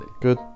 Good